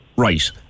Right